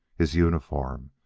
his uniform,